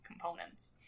components